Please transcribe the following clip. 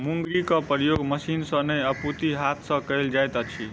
मुंगरीक प्रयोग मशीन सॅ नै अपितु हाथ सॅ कयल जाइत अछि